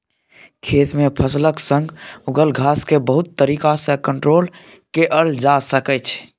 खेत मे फसलक संग उगल घास केँ बहुत तरीका सँ कंट्रोल कएल जा सकै छै